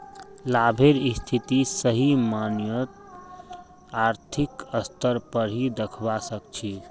लाभेर स्थिति सही मायनत आर्थिक स्तर पर ही दखवा सक छी